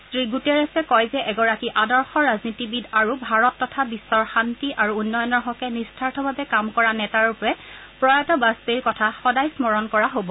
শ্ৰীগুটেৰেছে কয় যে এগৰাকী আদৰ্শ ৰাজনীতিবিদ আৰু ভাৰত তথা বিশ্বৰ শান্তি আৰু উন্নয়নৰ হকে নিস্বাৰ্থভাৱে কাম কৰা নেতাৰূপে প্ৰয়াত বাজপেয়ীৰ কথা সদায় স্মৰণ কৰা হ'ব